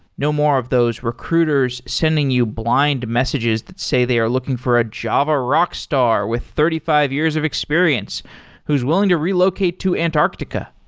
no more of those recruiters sending you blind messages that say they are looking for a java rock star with thirty five years of experience who's willing to relocate to antarctica.